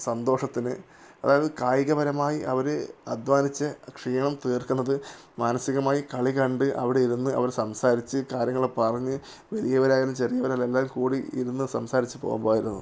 സന്തോഷത്തിന് അതായത് കായികപരമായി അവര് അധ്വാനിച്ച് ക്ഷീണം തീർക്കുന്നത് മാനസികമായി കളി കണ്ട് അവിടെ ഇരുന്ന് അവർ സംസാരിച്ച് കാര്യങ്ങള് പറഞ്ഞ് വലിയവരായാലും ചെറിയവരായാലും എല്ലാവരും കൂടി ഇരുന്ന് സംസാരിച്ചു പോകുമ്പോഴായിരുന്നു